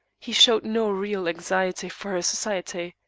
he showed no real anxiety for her society.